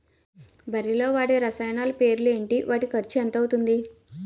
వరిలో వాడే రసాయనాలు పేర్లు ఏంటి? వాటి ఖర్చు ఎంత అవతుంది?